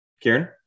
Kieran